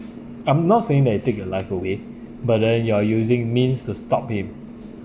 I'm not saying that it take a life away but then you are using means to stop him